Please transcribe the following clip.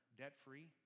debt-free